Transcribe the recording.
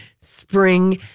spring